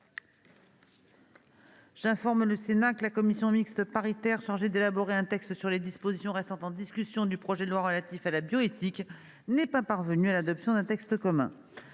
J'informe le Sénat que la commission mixte paritaire chargée d'élaborer un texte sur les dispositions restant en discussion du projet de loi relatif à la bioéthique n'est pas parvenue à l'adoption d'un texte commun.